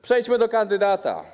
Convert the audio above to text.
Przejdźmy do kandydata.